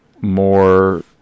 more